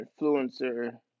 influencer